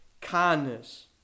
kindness